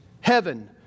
Heaven